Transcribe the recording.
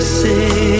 say